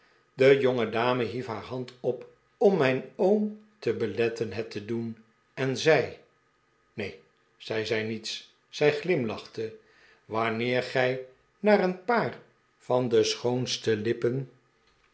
de jongedame hief haar hand op om mijn oom te beletten het te doen en zei neen zij zei niets zij glimlachte wanneer gij naar een paar van de schoonste lippen